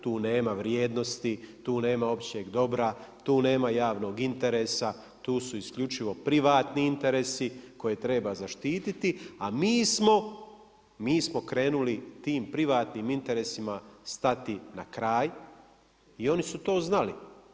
Tu nema vrijednosti, tu nema općeg dobra, tu nema javnog interesa, tu su isključivo privatni interesi koje treba zaštititi, a mi smo krenuli tim privatnim interesima stati na kraj i oni su to znali.